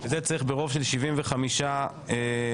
וזה מצריך רוב של 75% בוועדה.